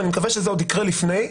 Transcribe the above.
אני מקווה שזה עוד יקרה לפני,